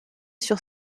sur